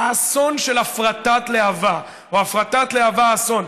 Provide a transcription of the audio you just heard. "האסון של הפרטת להב"ה", או "הפרטת להב"ה, אסון".